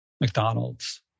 McDonald's